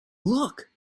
look